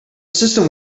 system